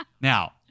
Now